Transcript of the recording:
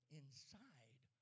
inside